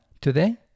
today